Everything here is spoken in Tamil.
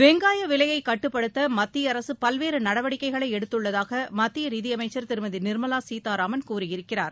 வெங்காய விலையை கட்டுப்படுத்த மத்திய அரசு பல்வேறு நடவடிக்கைகளை எடுத்துள்ளதாக மத்திய நிதியமைச்சர் திருமதி நிர்மலா சீதாராமன் கூறியிருக்கிறார்